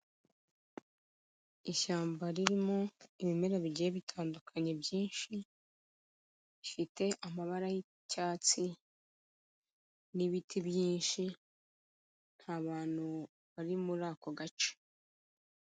Ishyamba ririmo ibimera bigiye bitandukanye byinshi, bifite amabara y'icyatsi n'ibiti byinshi, nta bantu bari muri ako gace.